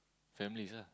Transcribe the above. families ah